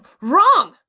wrong